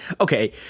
Okay